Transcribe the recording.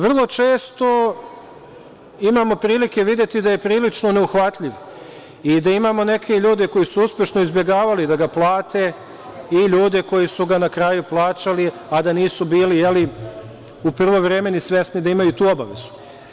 Vrlo često imamo prilike videti da je prilično neuhvatljiv i da imamo neke ljude koji su uspešno izbegavali da ga plate i ljude koji su ga na kraju plaćali, a da nisu bili u prvo vreme ni svesni da imaju tu obavezu.